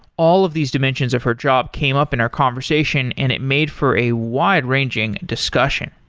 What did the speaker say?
all of these dimensions of her job came up in our conversation and it made for a wide-ranging discussion.